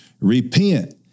Repent